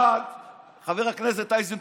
חבר הכנסת איזנקוט,